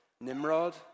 Nimrod